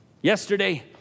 yesterday